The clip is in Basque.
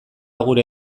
gure